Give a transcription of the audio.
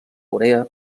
urea